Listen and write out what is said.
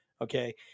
Okay